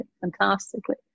fantastically